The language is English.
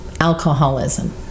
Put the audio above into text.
alcoholism